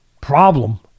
problem